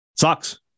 sucks